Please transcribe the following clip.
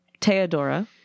Theodora